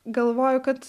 galvoju kad